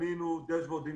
בנינו דשוורדים